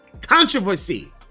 controversy